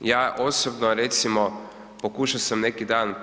Ja osobno recimo, pokuša sam neki dan